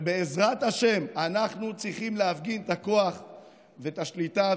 ובעזרת השם אנחנו צריכים להפגין את הכוח ואת השליטה.